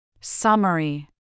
Summary